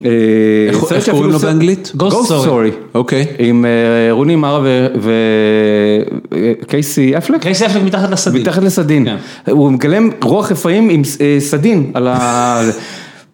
איך קוראים לו באנגלית? Ghost Story, עם רוני מארה וקייסי אפלק. קייסי אפלק מתחת לסדין. הוא מגלם רוח רפאים עם סדין על ה...